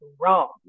wrong